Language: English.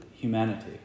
Humanity